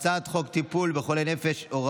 חוק טיפול בחולי נפש (תיקון מס' 12)